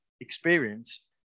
experience